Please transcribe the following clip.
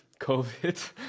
covid